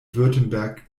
württemberg